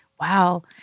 Wow